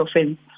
offense